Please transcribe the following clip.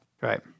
Right